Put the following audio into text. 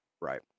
Right